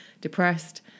depressed